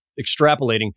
extrapolating